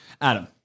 Adam